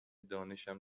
دانشم